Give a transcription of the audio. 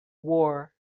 war